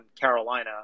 Carolina